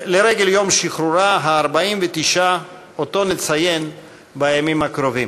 לרגל יום שחרורה ה-49, שנציין בימים הקרובים.